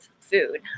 food